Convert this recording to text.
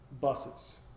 buses